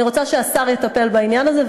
אני רוצה שהשר יטפל בעניין הזה,